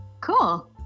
Cool